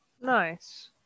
Nice